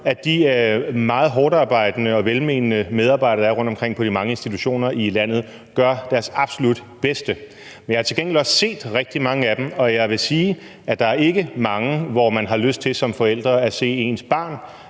at de meget hårdtarbejdende og velmenende medarbejdere, der er rundtomkring på de mange institutioner i landet, gør deres absolut bedste. Men jeg har til gengæld også set rigtig mange af dem, og jeg vil sige, at der ikke er mange, hvor man som forælder har lyst til at se ens barn,